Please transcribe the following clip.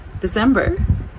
December